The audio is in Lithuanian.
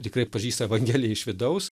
tikrai pažįsta evangeliją iš vidaus